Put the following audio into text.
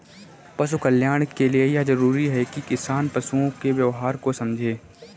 पशु कल्याण के लिए यह जरूरी है कि किसान पशुओं के व्यवहार को समझे